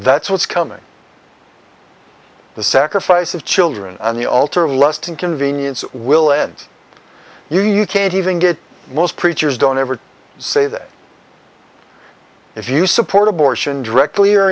that's what's coming the sacrifice of children on the altar of lust and convenience will end you you can't even get most preachers don't ever say that if you support abortion directly or